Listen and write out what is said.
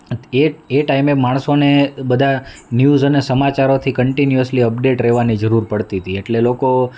એ એ ટાઈમે માણસોને બધા ન્યૂઝ અને સમાચારોથી કન્ટીન્યુઅસલી અપડેટ રહેવાની જરૂર પડતી હતી એટલે લોકો